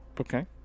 Okay